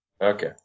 Okay